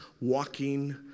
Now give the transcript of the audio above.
walking